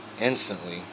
Instantly